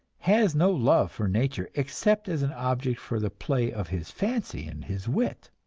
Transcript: has no love for nature except as an object for the play of his fancy and his wit.